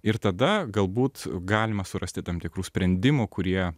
ir tada galbūt galima surasti tam tikrų sprendimų kurie